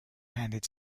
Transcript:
handed